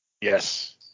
yes